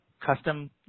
custom